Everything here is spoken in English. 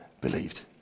believed